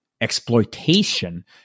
exploitation